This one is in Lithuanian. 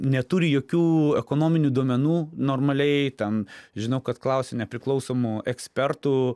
neturi jokių ekonominių duomenų normaliai ten žinau kad klausia nepriklausomų ekspertų